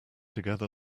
together